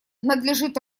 надлежит